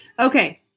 Okay